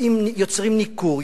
יוצרים ניכור,